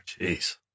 Jeez